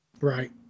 Right